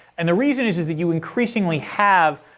and the reason is is that you increasingly have